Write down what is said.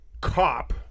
cop